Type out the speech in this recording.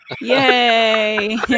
Yay